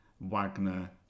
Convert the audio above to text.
Wagner